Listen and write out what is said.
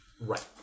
Right